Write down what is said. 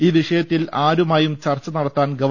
ഈ വിഷയത്തിൽ ആരുമായും ചർച്ച നടത്താൻ ഗവ